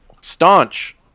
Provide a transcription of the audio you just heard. Staunch